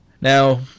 Now